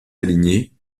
alignées